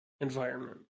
environment